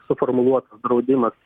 suformuluotas draudimas